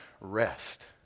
rest